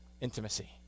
intimacy